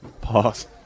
pause